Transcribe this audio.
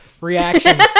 reactions